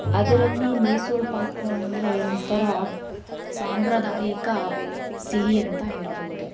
ಅದರಲ್ಲಿ ಮೈಸೂರು ಪಾಕು ಅಂದರೆ ಒಂಥರ ಸಾಂಪ್ರದಾಯಿಕ ಸಿಹಿ ಅಂತ ಹೇಳ್ಬೌದು